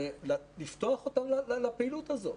ולפתוח אותם לפעילות הזו.